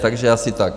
Takže asi tak.